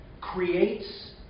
creates